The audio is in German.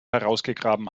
herausgegraben